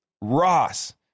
Ross